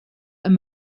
are